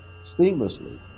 seamlessly